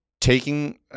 taking